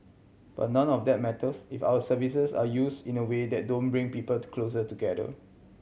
but none of that matters if our services are use in a way that don't bring people to closer together